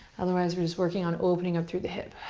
otherwise, we're just working on opening up through the hip.